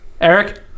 Eric